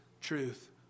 truth